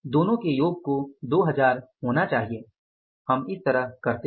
दोनों के योग को 2000 होना चाहिए हम इस तरह करते हैं